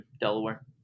Delaware